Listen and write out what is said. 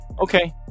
Okay